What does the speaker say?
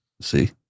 See